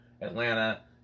Atlanta